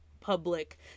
public